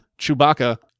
Chewbacca